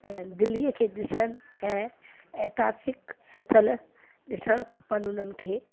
ऐं दिल्लीअ खे ॾिसन ऐं तासिक स्थल ॾिसणु खपनि उन्हनि खे